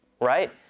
right